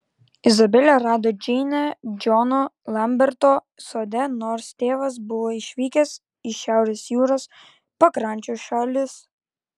izabelė rado džeinę džono lamberto sode nors tėvas buvo išvykęs į šiaurės jūros pakrančių šalis